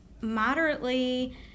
moderately